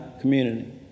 community